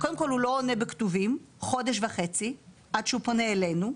עונה חודש וחצי בכתב, עד שהוא פונה אלינו,